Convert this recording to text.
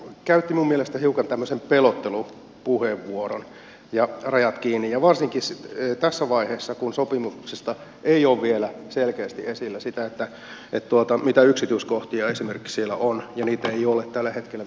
mutta vasemmistoliitto käytti minun mielestäni hiukan tämmöisen pelottelupuheenvuoron rajat kiinni ja varsinkin tässä vaiheessa kun ei ole vielä selkeästi esillä sitä mitä yksityiskohtia esimerkiksi siellä sopimuksessa on ja niitä ei ole tällä hetkellä vielä ollenkaan